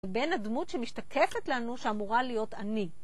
בין הדמות שמשתקפת לנו שאמורה להיות אני.